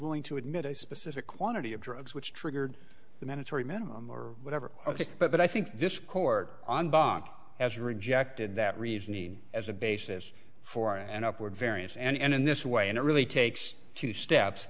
willing to admit a specific quantity of drugs which triggered the mandatory minimum or whatever but i think this court on bank has rejected that reasoning as a basis for an upward variance and in this way and it really takes two steps